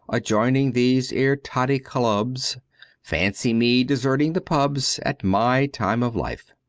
a-joining these ere totty clubs fancy me deserting the pubs at my time of life!